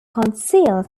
conceal